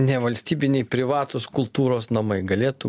nevalstybiniai privatūs kultūros namai galėtų